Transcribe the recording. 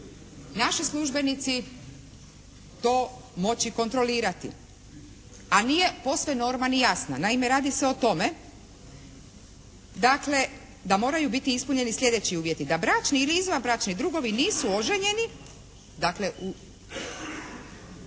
naši službenici to moći kontrolirati. A nije posve … /Govornica se ne razumije./ … i jasno. Naime radi se o tome dakle da moraju biti ispunjeni sljedeći uvjeti: da bračni ili izvanbračni drugovi nisu oženjeni, dakle u,